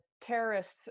terrorists